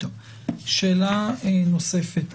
שאלה נוספת,